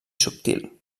subtil